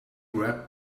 wrapped